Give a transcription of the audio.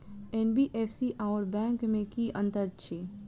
NBFC आओर bank मे की अंतर अछि?